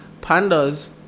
Pandas